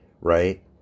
right